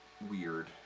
weird